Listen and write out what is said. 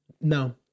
no